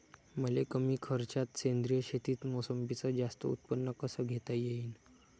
मले कमी खर्चात सेंद्रीय शेतीत मोसंबीचं जास्त उत्पन्न कस घेता येईन?